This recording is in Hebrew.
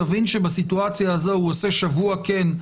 יבין שבסיטואציה הזו הוא עושה שבוע כן,